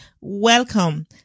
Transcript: Welcome